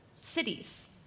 cities